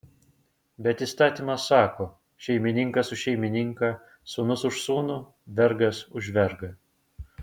bet įstatymas sako šeimininkas už šeimininką sūnus už sūnų vergas už vergą